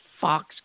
Fox